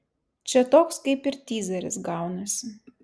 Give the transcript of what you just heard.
čia toks kaip ir tyzeris gaunasi